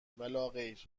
ولاغیر